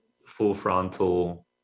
full-frontal